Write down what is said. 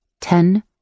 Ten